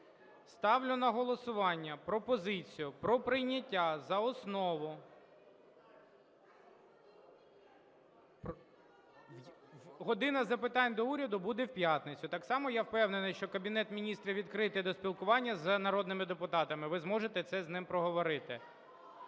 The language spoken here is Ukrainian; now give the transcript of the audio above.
Ставлю на голосування пропозицію про прийняття за основу… (Шум у залі) "Година запитань до Уряду" буде в п'ятницю. Так само я впевнений, що Кабінет Міністрів відкритий до спілкування з народними депутатами, ви зможете це з ним проговорити.